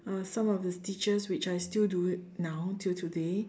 uh some of the teachers which I still do it now till today